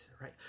right